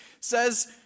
says